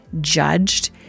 judged